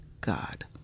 God